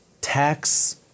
tax